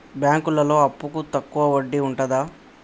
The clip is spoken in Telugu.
బ్యాంకులలో అప్పుకు తక్కువ వడ్డీ ఉంటదా?